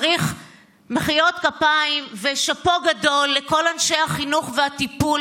צריך מחיאות כפיים ושאפו גדול לכל אנשי החינוך והטיפול